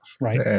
Right